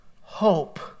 hope